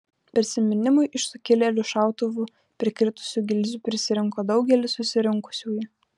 prisiminimui iš sukilėlių šautuvų prikritusių gilzių prisirinko daugelis susirinkusiųjų